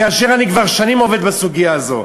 כאשר אני כבר שנים עובד בסוגיה הזאת.